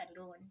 alone